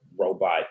robot